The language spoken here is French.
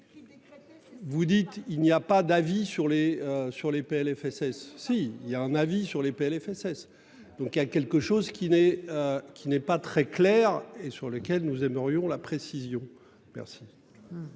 Vous dites il n'y a pas d'avis sur les sur les PLFSS si il y a un avis sur les PLFSS. Donc il y a quelque chose qui n'est, qui n'est pas très clair et sur lequel nous aimerions la précision. Merci.